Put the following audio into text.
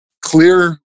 Clear